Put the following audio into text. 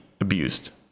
abused